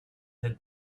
had